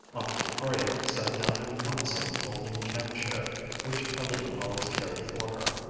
aunt victoria sat down at once on the folding camp-chair which helene always carried for her.